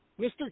Mr